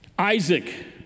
Isaac